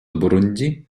бурунди